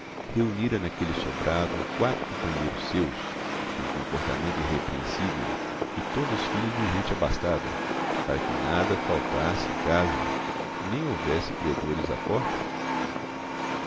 reunira naquele sobrado quatro comprovincíanos seus de um comportamento irrepreensível e todos filhos de gente abastada para que nada faltasse em casa nem houvesse credores à porta